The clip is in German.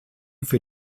für